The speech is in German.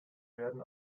werden